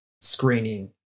screening